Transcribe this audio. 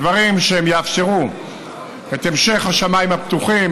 דברים שיאפשרו את המשך השמיים הפתוחים,